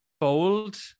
bold